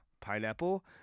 pineapple